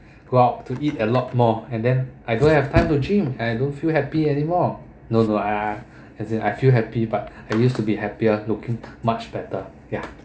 go out to eat a lot more and then I don't have time to gym and don't feel happy anymore no no I I as in I feel happy but I used to be happier looking much better ya